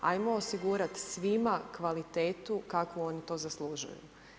Hajmo osigurati svima kvalitetu kakvu oni to zaslužuju.